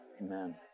Amen